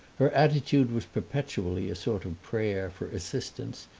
her attitude was perpetually a sort of prayer for assistance,